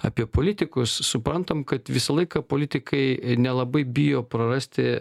apie politikus suprantam kad visą laiką politikai nelabai bijo prarasti